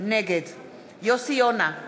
נגד יוסי יונה,